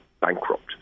bankrupt